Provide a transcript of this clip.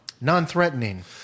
non-threatening